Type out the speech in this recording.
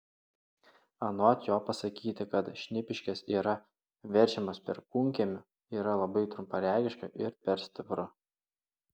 anot jo pasakyti kad šnipiškės yra verčiamos perkūnkiemiu yra labai trumparegiška ir per stipru